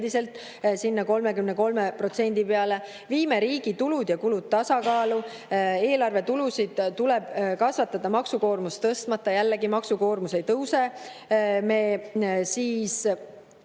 33% peale. Viime riigi tulud ja kulud tasakaalu. Eelarve tulusid tuleb kasvatada maksukoormust tõstmata. Jällegi, maksukoormus ei tõuse.